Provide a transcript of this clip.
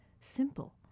simple